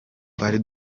twari